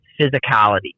physicality